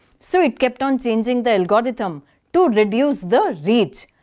so it kept on changing the algorithm to reduce the reach.